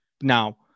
Now